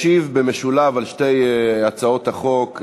ישיב במשולב על שתי הצעות החוק,